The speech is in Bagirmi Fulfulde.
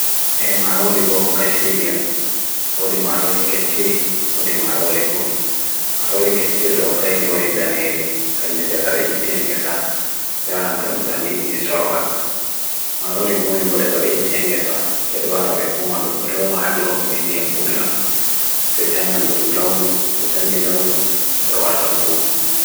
E marori bo kashi didion, odi marori kechiri, odi marori gumi. Marori kechiri o kairi o ridaneri kanjida gapi iti hangesa, bewaranton tan inji sorobalum. Marori gumi bo daka gapi iti hangesa, bewarabye gumi alo bewaradurum bendiyam gulam. Se chanyan drum launu, do chanyi launu se waratag gumi.